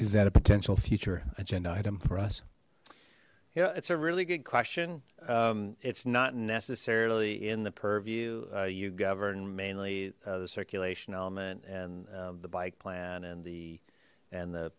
is that a potential future agenda item for us yeah it's a really good question it's not necessarily in the purview you govern mainly the circulation element and the bike plan and the and the